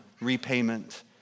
repayment